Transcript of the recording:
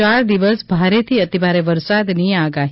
ચાર દિવસ ભારેથી અતિભારે વરસાદની આગાહી